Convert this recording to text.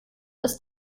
ist